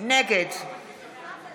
נגד